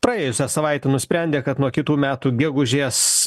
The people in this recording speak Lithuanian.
praėjusią savaitę nusprendė kad nuo kitų metų gegužės